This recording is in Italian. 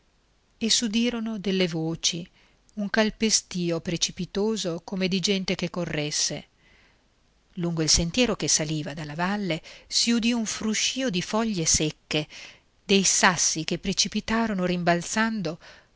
e s'udirono delle voci un calpestìo precipitoso come di gente che corresse lungo il sentiero che saliva dalla valle si udì un fruscìo di foglie secche dei sassi che precipitarono rimbalzando